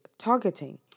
Targeting